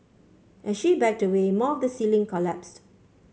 as she backed away more of the ceiling collapsed